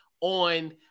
on